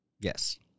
Yes